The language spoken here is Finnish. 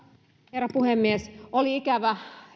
herra puhemies oli ikävä